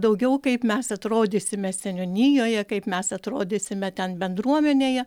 daugiau kaip mes atrodysime seniūnijoje kaip mes atrodysime ten bendruomenėje